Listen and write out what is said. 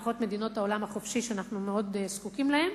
לפחות מדינות העולם החופשי שאנחנו מאוד זקוקים להן,